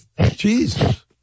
Jesus